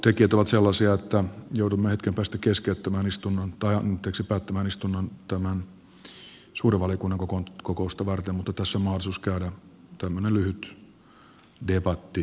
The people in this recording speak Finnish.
aikataulutekijät ovat sellaisia että joudumme hetken päästä päättämään istunnon suuren valiokunnan kokousta varten mutta tässä on mahdollisuus käydä tämmöinen lyhyt debatti aiheesta